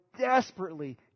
desperately